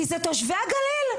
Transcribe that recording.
כי זה תושבי הגליל,